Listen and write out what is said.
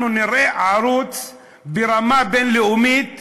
אנחנו נראה ערוץ ברמה בין-לאומית,